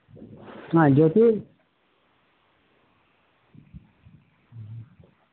হ্যাঁ যদি